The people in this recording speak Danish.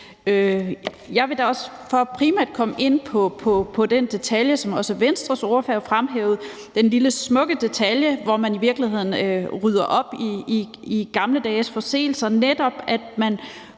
Jeg vil primært komme ind på det, som også Venstres ordfører fremhævede, nemlig den lille smukke detalje, hvor man i virkeligheden rydder op i gamle dages forseelser, ved at man